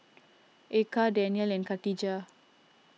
Eka Danial and Katijah